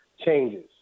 changes